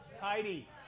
Heidi